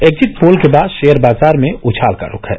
exit poll के बाद share बाजार में उछाल का रूख है